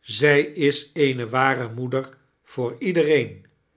zij is eene ware moeder voor iedereen